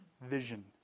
vision